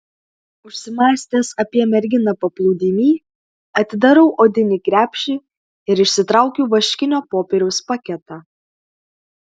užsimąstęs apie merginą paplūdimy atidarau odinį krepšį ir išsitraukiu vaškinio popieriaus paketą